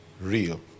real